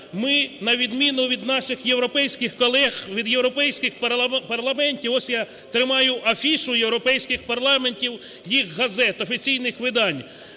ми на відміну від наших європейських колег, від європейських парламентів, ось, я тримаю афішу європейських парламентів, їх газет, офіційних видань,